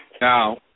Now